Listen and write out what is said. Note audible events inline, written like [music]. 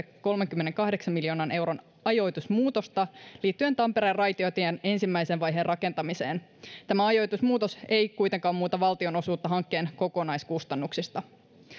[unintelligible] kolmenkymmenenkahdeksan miljoonan euron ajoitusmuutosta liittyen tampereen raitiotien ensimmäisen vaiheen rakentamiseen tämä ajoitusmuutos ei kuitenkaan muuta valtion osuutta hankkeen kokonaiskustannuksista